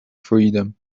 freedom